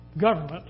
government